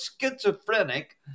schizophrenic